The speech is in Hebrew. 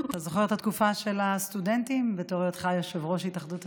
אתה זוכר את התקופה של הסטודנטים בהיותך יושב-ראש התאחדות הסטודנטים?